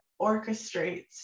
orchestrates